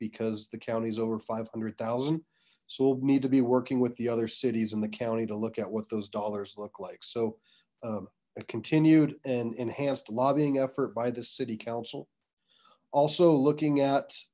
because the county's over five hundred thousand so we'll need to be working with the other cities in the county to look at what those dollars look like so continued and enhanced lobbying effort by this city council also looking at